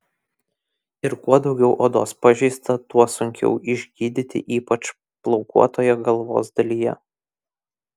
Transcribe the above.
ir kuo daugiau odos pažeista tuo sunkiau išgydyti ypač plaukuotoje galvos dalyje